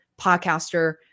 podcaster